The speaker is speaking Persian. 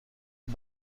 این